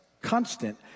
constant